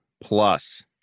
plus